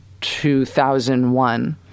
2001